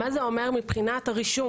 מה זה אומר מבחינת הרישום